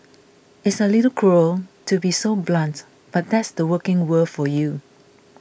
it's a little cruel to be so blunt but that's the working world for you